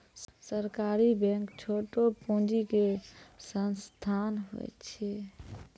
सहकारी बैंक छोटो पूंजी के संस्थान होय छै